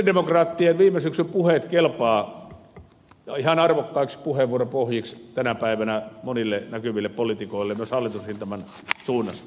sosialidemokraattien viime syksyn puheet kelpaavat ihan arvokkaiksi puheenvuoropohjiksi tänä päivänä monille näkyville poliitikoille myös hallitusrintaman suunnasta